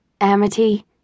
Amity